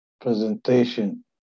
presentation